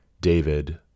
David